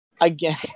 again